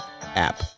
app